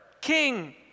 King